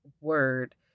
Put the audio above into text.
word